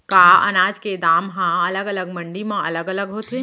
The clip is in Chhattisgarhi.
का अनाज के दाम हा अलग अलग मंडी म अलग अलग होथे?